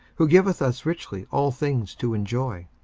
who giveth us richly all things to enjoy